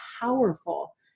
powerful